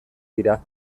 dira